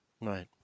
Right